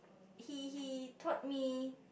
he he taught me